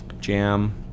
Jam